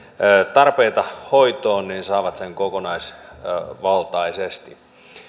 tarpeita hoitoon saavat sen kokonaisvaltaisesti